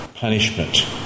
punishment